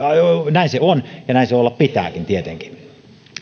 näin se on ja näin sen olla pitääkin tietenkin